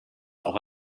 auch